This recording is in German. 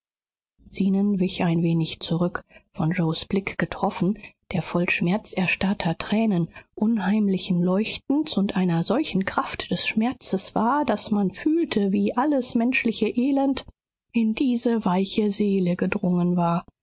zenon wich ein wenig zurück von yoes blick getroffen der voll schmerzerstarrter tränen unheimlichen leuchtens und einer solchen kraft des schmerzes war daß man fühlte wie alles menschliche elend in diese weiche seele gedrungen war